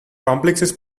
complexes